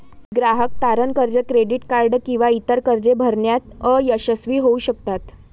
ग्राहक तारण कर्ज, क्रेडिट कार्ड किंवा इतर कर्जे भरण्यात अयशस्वी होऊ शकतात